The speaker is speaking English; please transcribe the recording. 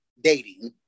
dating